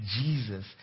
Jesus